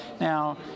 Now